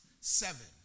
Seven